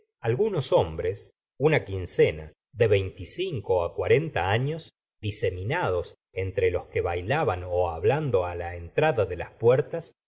algunos hombres una quincena de veinticinco cuarenta años diseminados entre los que bailaban hablando la entrada de las puertas